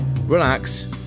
relax